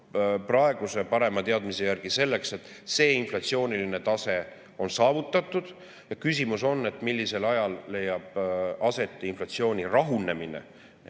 Praeguse parema teadmise järgi see inflatsiooniline tase on [kujunenud] ja küsimus on, millisel ajal leiab aset inflatsiooni rahunemine